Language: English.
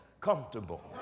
comfortable